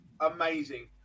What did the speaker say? amazing